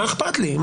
מה אכפת לי?